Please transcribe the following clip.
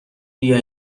بیا